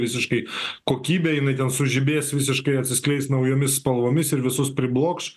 visiškai kokybę jinai ten sužibės visiškai atsiskleis naujomis spalvomis ir visus priblokš